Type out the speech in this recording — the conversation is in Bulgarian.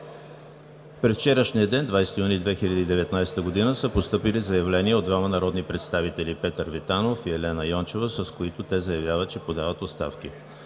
През вчерашния ден – 20 юни 2019 г., са постъпили заявления от двама народни представители: Петър Витанов и Елена Йончева, с които те заявяват, че подават оставки.